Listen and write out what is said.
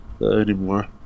anymore